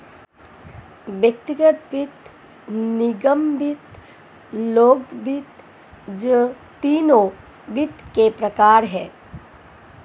व्यक्तिगत वित्त, निगम वित्त, लोक वित्त ये तीनों वित्त के प्रकार हैं